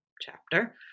chapter